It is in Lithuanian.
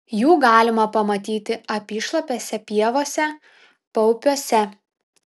jų galima pamatyti apyšlapėse pievose paupiuose